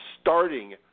starting